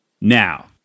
Now